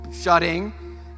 shutting